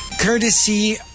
Courtesy